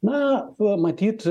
na kuo matyt